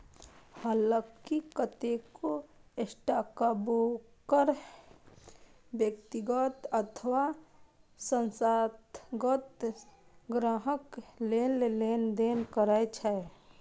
हलांकि कतेको स्टॉकब्रोकर व्यक्तिगत अथवा संस्थागत ग्राहक लेल लेनदेन करै छै